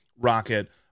Rocket